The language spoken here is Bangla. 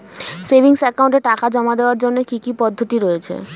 সেভিংস একাউন্টে টাকা জমা দেওয়ার জন্য কি কি পদ্ধতি রয়েছে?